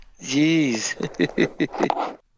Jeez